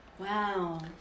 Wow